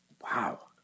Wow